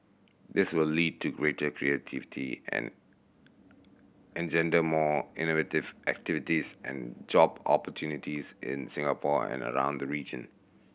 this will lead to greater creativity and engender more innovative activities and job opportunities in Singapore and around the region